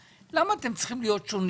אם תרצו, אפשר יהיה לתת לכם